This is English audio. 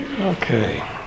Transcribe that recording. Okay